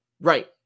right